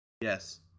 Yes